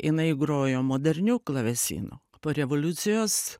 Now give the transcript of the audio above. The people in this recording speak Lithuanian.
jinai grojo moderniu klavesinu po revoliucijos